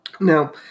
Now